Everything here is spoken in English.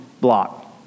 block